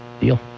Deal